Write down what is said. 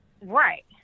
right